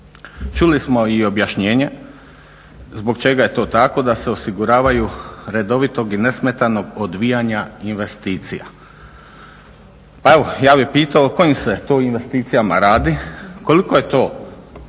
Čuli smo i objašnjenje zbog čega je to tako da se osiguravaju redovitog i nesmetanog odvijanja investicija. Pa evo ja bih pitao o kojim se to investicijama radi, koliko je to